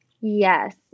Yes